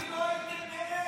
אני לא הייתי מעז,